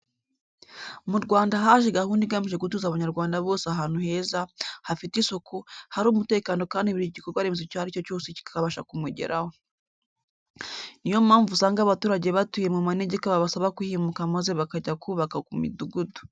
Mu Rwanda haje gahunda igamije gutuza Abanyarwanda bose ahantu heza, hafite isuku, hari umutekano kandi buri gikorwa remezo icyo ari cyo cyose kikabasha kumugeraho. Ni yo mpamvu usanga abaturage batuye mu manegeka babasaba kuhimuka maze bakajya kubaka ku midugudu.